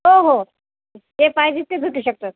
हो हो ते पाहिजे ते भेटू शकतं